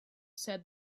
said